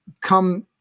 come